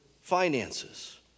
finances